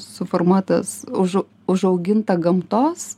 suformuotas už užauginta gamtos